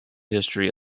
history